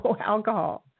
alcohol